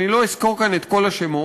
ואני לא אסקור כאן את כל השמות.